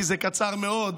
כי זה קצר מאוד.